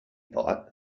thought